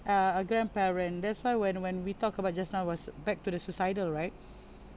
uh a grandparent that's why when when we talk about just now was back to the suicidal right